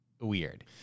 weird